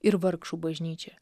ir vargšų bažnyčią